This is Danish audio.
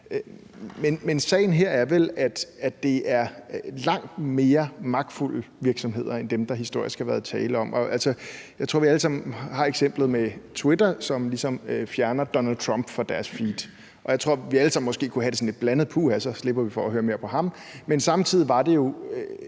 Men sagen her er vel, at det er langt mere magtfulde virksomheder end dem, der historisk har været tale om. Jeg tror, vi alle sammen kender eksemplet med Twitter, som ligesom fjerner Donald Trump fra deres feed. Og jeg tror, vi alle sammen måske kunne have det sådan lidt blandet med det, fordi, puha, så slipper vi for at høre mere på ham, men samtidig var det jo